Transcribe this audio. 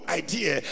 idea